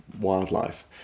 wildlife